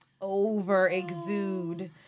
over-exude